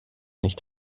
nicht